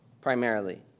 primarily